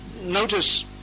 Notice